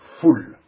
full